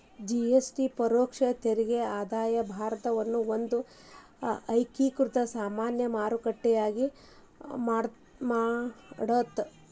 GST ಪರೋಕ್ಷ ತೆರಿಗೆ ಆಗ್ಯಾದ ಭಾರತವನ್ನ ಒಂದ ಏಕೇಕೃತ ಸಾಮಾನ್ಯ ಮಾರುಕಟ್ಟೆಯಾಗಿ ಮಾಡತ್ತ